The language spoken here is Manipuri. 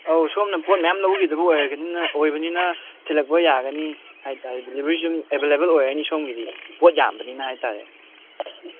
ꯑꯥꯎ ꯁꯣꯝꯅ ꯄꯣꯠ ꯃꯌꯥꯝ ꯂꯧꯕꯤꯒꯗꯕ ꯑꯣꯏꯕꯅꯤꯅ ꯊꯤꯟꯂꯛꯄ ꯌꯥꯒꯅꯤ ꯍꯥꯏꯕꯇꯥꯔꯦ ꯗꯤꯂꯤꯚꯔꯤꯁꯨ ꯑꯗꯨꯝ ꯑꯦꯚꯥꯏꯂꯦꯚꯜ ꯑꯣꯏꯔꯅꯤ ꯁꯣꯝꯒꯤꯗꯤ ꯄꯣꯠ ꯌꯥꯝꯕꯅꯤꯅ ꯍꯥꯏꯕꯇꯥꯔꯦ